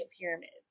pyramids